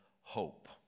hope